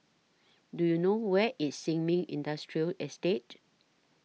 Do YOU know Where IS Sin Ming Industrial Estate